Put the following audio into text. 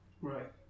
Right